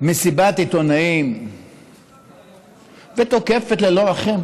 מסיבת עיתונאים ותוקפת ללא רחם